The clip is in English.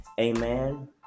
Amen